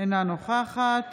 אינה נוכחת